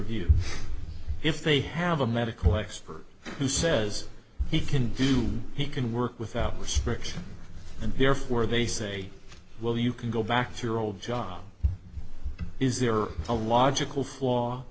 review if they have a medical expert who says he can do he can work without prescription and therefore they say well you can go back to your old job is there a logical flaw